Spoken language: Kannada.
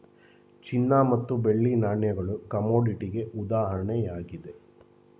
ಚಿನ್ನ ಮತ್ತು ಬೆಳ್ಳಿ ನಾಣ್ಯಗಳು ಕಮೋಡಿಟಿಗೆ ಉದಾಹರಣೆಯಾಗಿದೆ